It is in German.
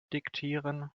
diktieren